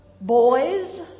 boys